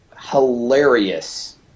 hilarious